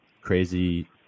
crazy